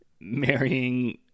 marrying